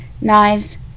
knives